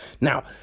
now